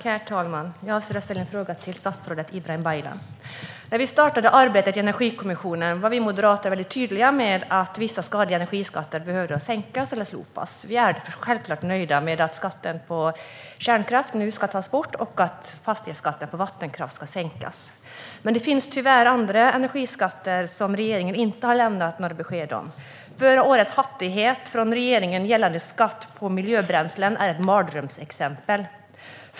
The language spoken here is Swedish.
Herr talman! Jag avser att ställa en fråga till statsrådet Ibrahim Baylan. När vi startade arbetet i Energikommissionen var vi moderater väldigt tydliga med att vissa skadliga energiskatter behövde sänkas eller slopas. Vi är självklart nöjda med att skatten på kärnkraft nu ska tas bort och att fastighetsskatten på vattenkraft ska sänkas. Tyvärr finns det andra energiskatter som regeringen inte har lämnat några besked om. Förra årets hattighet från regeringen gällande skatt på miljöbränslen är ett mardrömsexempel.